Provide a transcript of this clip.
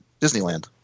Disneyland